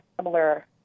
similar